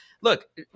look